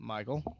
Michael